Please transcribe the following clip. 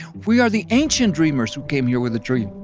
we are the ancient dreamers who came here with a dream